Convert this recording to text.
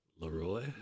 Leroy